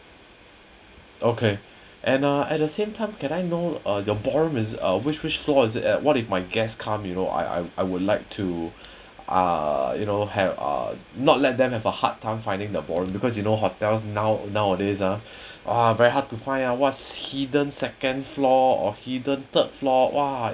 okay and uh at the same time can I know uh your ballroom is uh which which floor is it and what if my guest come you know I I I would like to ah you know help uh not let them have a hard time finding the ballroom because you know hotels now nowadays ah !whoa! very hard to find ah what's hidden second floor or hidden third floor !wah!